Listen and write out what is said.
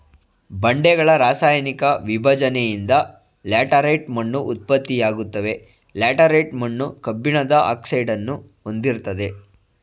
ಬಂಡೆಗಳ ರಾಸಾಯನಿಕ ವಿಭಜ್ನೆಯಿಂದ ಲ್ಯಾಟರೈಟ್ ಮಣ್ಣು ಉತ್ಪತ್ತಿಯಾಗ್ತವೆ ಲ್ಯಾಟರೈಟ್ ಮಣ್ಣು ಕಬ್ಬಿಣದ ಆಕ್ಸೈಡ್ನ ಹೊಂದಿರ್ತದೆ